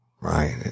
right